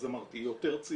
אז אמרתי היא יותר צעירה,